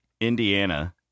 Indiana